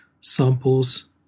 samples